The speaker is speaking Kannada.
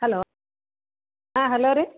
ಹಲೋ ಹಾಂ ಹಲೋ ರೀ